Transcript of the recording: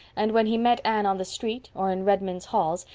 and when he met anne on the street, or in redmond's halls,